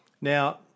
Now